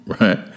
Right